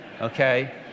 okay